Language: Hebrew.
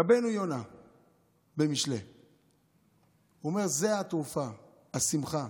רבנו יונה במשלי אומר: זו התרופה, השמחה.